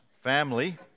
family